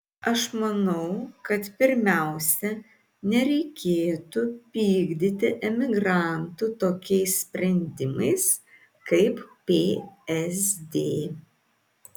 aš manau kad pirmiausia nereikėtų pykdyti emigrantų tokiais sprendimais kaip psd